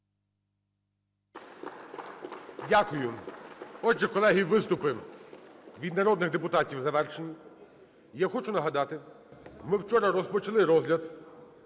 Дякую. Отже, колеги, виступи від народних депутатів завершено. Я хочу нагадати, ми вчора розпочали розгляд